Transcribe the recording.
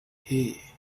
hey